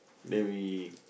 then we